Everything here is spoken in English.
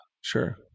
Sure